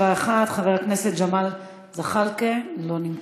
571. חבר הכנסת ג'מאל זחאלקה אינו נוכח.